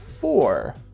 four